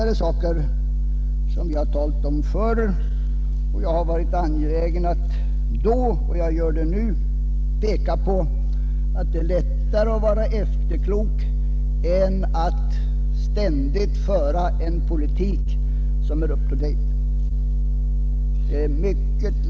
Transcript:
Detta har vi talat om förr. Jag har varit och är alltjämt angelägen om att understryka att det är lättare att vara efterklok än att föra en politik som ständigt är up to date.